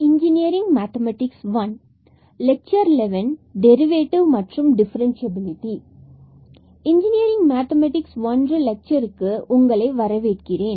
engineering mathematics 1 லெக்சருக்கு உங்களை வரவேற்கிறேன்